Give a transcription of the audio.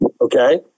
Okay